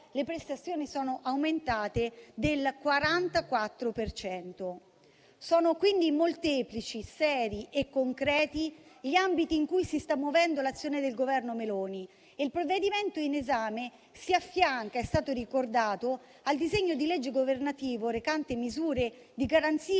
le prestazioni sono aumentate del 44 per cento. Sono quindi molteplici, seri e concreti gli ambiti di azione del Governo Meloni e il provvedimento in esame si affianca - è stato ricordato - al disegno di legge governativo recante misure di garanzia